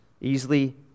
easily